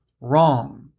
wrong